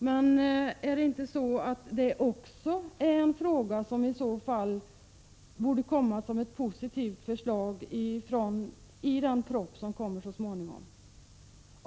Men borde det inte också i den frågan komma ett positivt förslag i den proposition som läggs fram så småningom?